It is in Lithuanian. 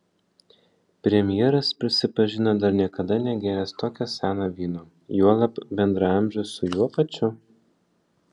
premjeras prisipažino dar niekada negėręs tokio seno vyno juolab bendraamžio su juo pačiu